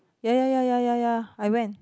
ya ya ya ya ya ya I went